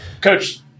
Coach